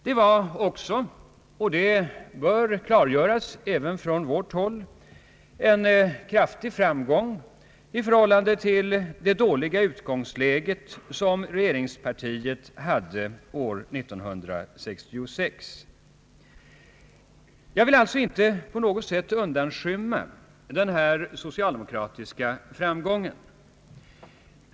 Det var också — och det bör klargöras även från vårt håll — en kraftig framgång i förhållande till det dåliga utgångsläge som regeringspartiet hade år 1966. Jag vill alltså inte på något sätt undanskymma den socialdemokratiska framgången.